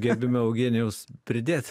gerbiami eugenijaus pridėt